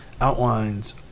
outlines